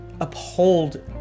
uphold